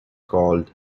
called